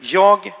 jag